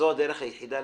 זו הדרך היחידה.